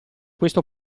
questo